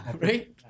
right